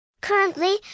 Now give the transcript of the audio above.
Currently